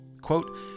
Quote